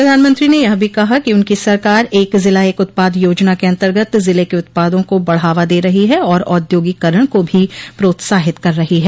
प्रधानमंत्री ने यह भी कहा कि उनकी सरकार एक जिला एक उत्पाद योजना के अन्तर्गत जिले के उत्पादों को बढ़ावा दे रही है और औद्योगोकरण का भी प्रोत्साहित कर रही है